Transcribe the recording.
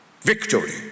Victory